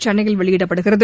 சென்னையில் வெளியிடப்படுகிறது